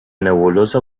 nebulosa